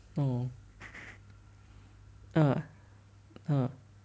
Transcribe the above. oh uh uh